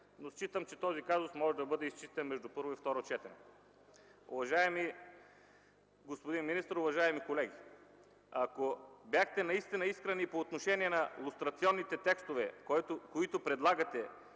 обаче, че този казус може да бъде изчистен между първо и второ четене. Уважаеми господин министър, уважаеми колеги! Ако вие наистина бяхте искрени по отношение на лустрационните текстове, които предлагате,